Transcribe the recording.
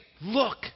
look